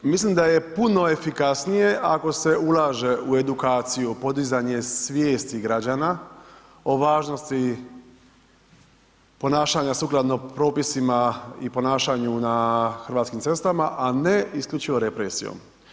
Dakle, mislim da je puno efikasnije ako se ulaže u edukaciju o podizanju svijesti građana o važnosti ponašanja sukladno propisima i ponašanju na Hrvatskim cestama a ne isključivo represijom.